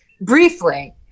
briefly